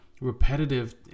repetitive